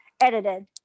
edited